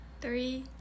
Three